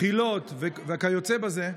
בחילות וכיוצא בזה.